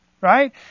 right